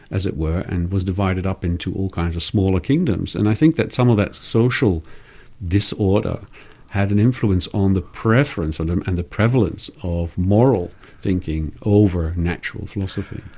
as it were, and was divided up into all kinds of smaller kingdoms, and i think that some of that social disorder had an influence on the preference um and the prevalence of moral thinking over natural philosophy.